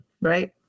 right